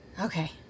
Okay